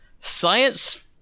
science